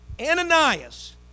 Ananias